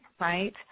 right